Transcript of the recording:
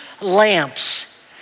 lamps